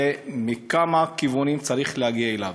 מכמה כיוונים צריך להגיע אליו.